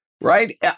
right